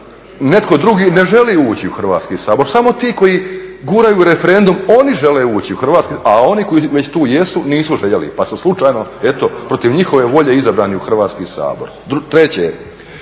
netko drugi ne želi ući u Hrvatski sabor, samo ti koji guraju referendum oni žele ući u Hrvatski sabor a oni koji već tu jesu nisu željeli pa su slučajno eto protiv njihove volje izabrani u Hrvatski sabor.